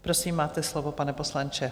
Prosím, máte slovo, pane poslanče.